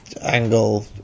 angle